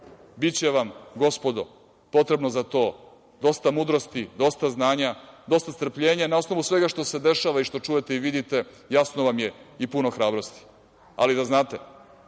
Biće vam, gospodo, potrebno za to dosta mudrosti, dosta znanja, dosta strpljenja, na osnovu svega što se dešava, što čujete i vidite, jasno vam je i puno hrabrosti. Da znate,